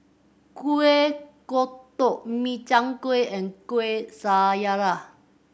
Kuih Kodok Min Chiang Kueh and Kuih Syara